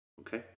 Okay